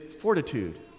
fortitude